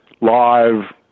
live